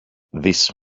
this